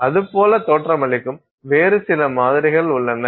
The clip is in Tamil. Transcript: அது போல தோற்றமளிக்கும் வேறு சில மாதிரிகள் உள்ளன